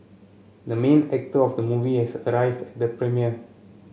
the main actor of the movie has arrived at the premiere